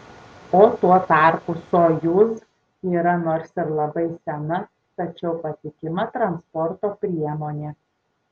o tuo tarpu sojuz yra nors ir labai sena tačiau patikima transporto priemonė